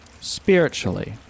spiritually